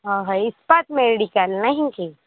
ଅହଃ ଇସ୍ପାତ୍ ମେଡିକାଲ୍ ନାହିଁ କି